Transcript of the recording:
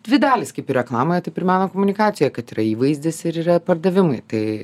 dvi dalys kaip ir reklamoje taip ir meno komunikacijoje kad yra įvaizdis ir yra pardavimai tai